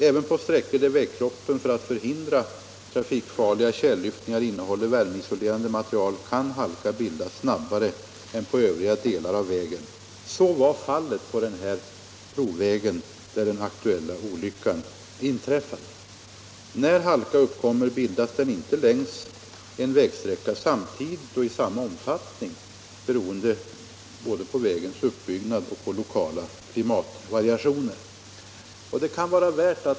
Även på sträckor där vägkroppen för förhindrande av trafikfarliga tjällyftningar innehåller värmeisolerande material kan halka bildas snabbare än på övriga delar av vägen. Så var fallet på den provväg där den aktuella olyckan inträffade. När halka uppkommer, bildas den inte längs en vägsträcka samtidigt och i samma omfattning, beroende på vägens uppbyggnad och på lokala klimatvariationer.